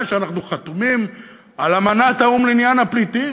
שאנחנו חתומים על אמנת האו"ם לעניין הפליטים.